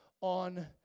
on